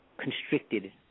constricted